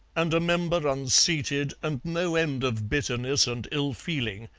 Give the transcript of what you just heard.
and a member unseated and no end of bitterness and ill-feeling,